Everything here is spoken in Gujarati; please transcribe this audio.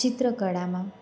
ચિત્રકળામાં